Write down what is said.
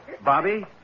Bobby